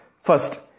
First